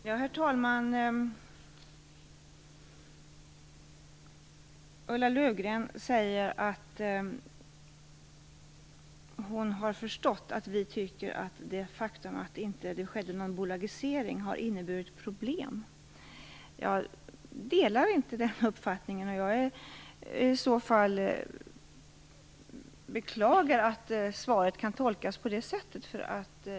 Herr talman! Ulla Löfgren säger att hon har förstått att vi tycker att det faktum att det inte skedde någon bolagisering har inneburit problem. Jag delar inte den uppfattningen; jag beklagar att svaret kan tolkas på det sättet.